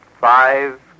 five